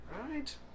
Right